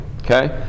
Okay